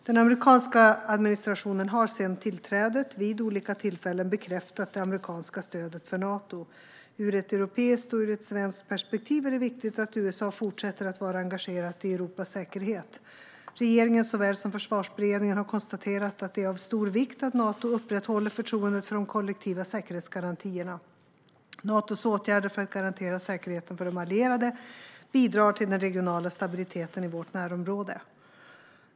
Den amerikanska administrationen har sedan tillträdet vid olika tillfällen bekräftat det amerikanska stödet för Nato. Ur ett europeiskt och ur ett svenskt perspektiv är det viktigt att USA fortsätter att vara engagerat i Europas säkerhet. Regeringen såväl som Försvarsberedningen har konstaterat att det är av stor vikt att Nato upprätthåller förtroendet för de kollektiva säkerhetsgarantierna. Natos åtgärder för att garantera säkerheten för de allierade bidrar till den regionala stabiliteten i vårt närområde.